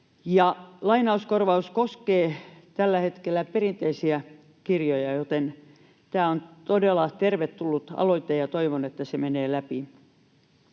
Lainauskorvaus koskee tällä hetkellä perinteisiä kirjoja, joten tämä on todella tervetullut aloite, ja toivon, että se menee läpi.